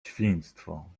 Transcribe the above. świństwo